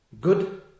Good